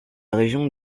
région